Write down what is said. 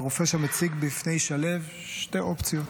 והרופא שם הציג בפני שליו שתי אופציות: